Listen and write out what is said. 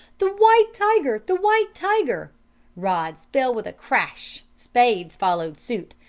the white tiger! the white tiger rods fell with a crash, spades followed suit,